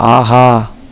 ஆஹா